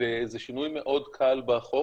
זה שינוי מאוד קל בחוק,